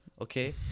okay